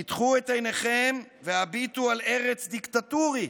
פקחו את עיניכם והביטו על ארץ דיקטטורית,